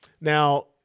Now